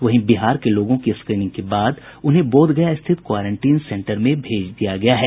वहीं बिहार के लोगों की स्क्रीनिंग के बाद उन्हें बोधगया स्थित क्वारेंटीन सेंटर में भेज दिया गया है